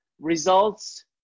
results